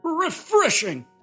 refreshing